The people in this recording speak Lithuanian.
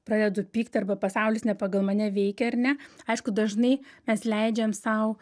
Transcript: pradedu pykti arba pasaulis ne pagal mane veikia ar ne aišku dažnai mes leidžiam sau